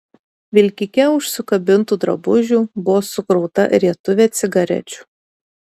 vilkike už sukabintų drabužių buvo sukrauta rietuvė cigarečių